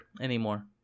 anymore